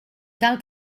cal